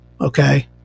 okay